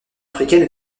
africaine